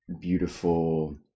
beautiful